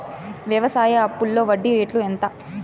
వ్యవసాయ అప్పులో వడ్డీ రేట్లు ఎంత?